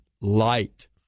light